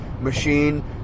machine